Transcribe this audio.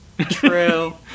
True